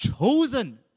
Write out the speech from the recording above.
chosen